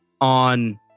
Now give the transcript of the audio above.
on